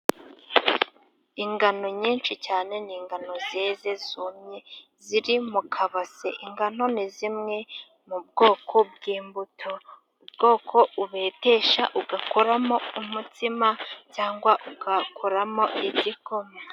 Ingano nyinshi cyane ni ingano zeze kandi zumye. Ziri mu kabase. Ingano ni zimwe mu bwoko bw'imbuto. Ubwoko ubetesha ugakoramo umutsima cyangwa ugakoramo igikoma.